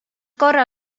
korra